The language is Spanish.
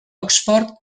oxford